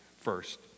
First